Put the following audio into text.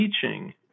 teaching